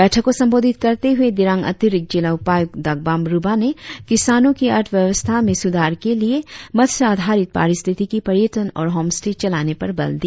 बैठक को संबोधित करते हुए दिरांग अतिरिक्त जिला उपायुक्त दागबाम रिबा ने किसानों की अर्थव्यवस्था में सुधार के लिए मत्स्य आधारित पारिस्थितिकी पर्यटन और हॉमस्टे चलाने पर बल दिया